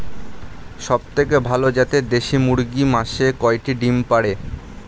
সবথেকে ভালো জাতের দেশি মুরগি মাসে কয়টি ডিম পাড়ে?